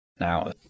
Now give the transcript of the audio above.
Now